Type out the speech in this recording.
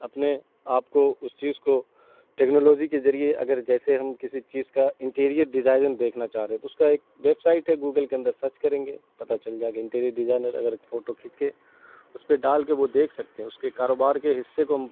اپنے آپ کو اس چیز کو ٹیکنالوجی کے ذریعے اگر جیسے ہم کسی چیز کا انٹیریئر ڈیزائیں دیکھنا چاہ رہے ہیں تو اس کا ایک ویپسائٹ ہے گوگل کے اندر سرچ کریں گے پتا چل جائے گا انٹیریئر ڈیزائینر اگر فوٹو کھینچ کے اس پہ ڈال کے وہ دیکھ سکتے ہیں اس کے کاروبار کے حصے کو ہم